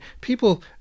people